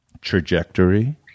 trajectory